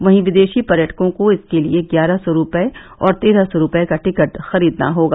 वहीं विदेशी पर्यटकों को इसके लिये ग्यारह सौ रूपये और तेरह सौ रूपये का टिकट खरीदना होगा